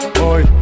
boy